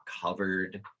covered